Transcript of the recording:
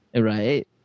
right